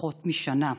בפחות משנה.